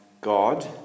God